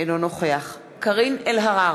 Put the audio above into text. אינו נוכח קארין אלהרר,